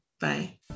bye